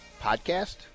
podcast